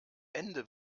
ende